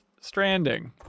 Stranding